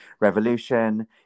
Revolution